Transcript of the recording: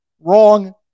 Wrong